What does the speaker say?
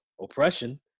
oppression